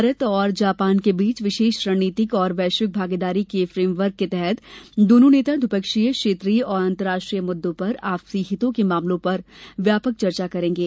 भारत और जापान के बीच विशेष रणनीतिक और वैश्विक भागीदारी के फेमवर्क के तहत दोनो नेता द्विपक्षीय क्षेत्रीय और अंतर्राष्ट्रीय मुददों पर आपसी हितों के मामलों पर व्यापक चर्चा करेंगे